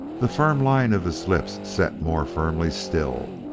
the firm line of his lips set more firmly still,